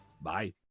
Bye